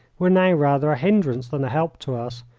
were now rather a hindrance than a help to us,